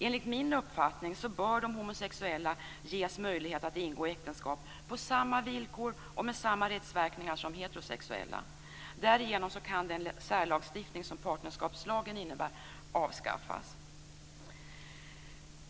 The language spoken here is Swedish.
Enligt min uppfattning bör de homosexuella ges möjlighet att ingå äktenskap på samma villkor och med samma rättsverkningar som heterosexuella. Därigenom kan den särlagstiftning som partnerskapslagen innebär avskaffas.